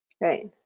right